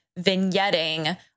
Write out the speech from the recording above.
vignetting